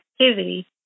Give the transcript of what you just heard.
activity